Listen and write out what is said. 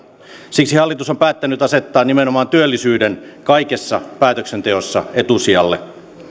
siksi hallitus on päättänyt asettaa nimenomaan työllisyyden kaikessa päätöksenteossa etusijalle me